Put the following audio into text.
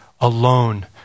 alone